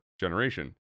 generation